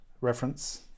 reference